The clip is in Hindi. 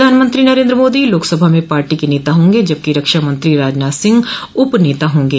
प्रधानमंत्री नरेन्द्र मोदी लोकसभा में पार्टी के नेता होंगे जबकि रक्षा मंत्री राजनाथ सिंह उप नेता होंगे